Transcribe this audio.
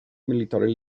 military